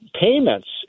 payments